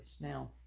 Now